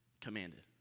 commanded